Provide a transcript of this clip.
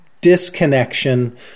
disconnection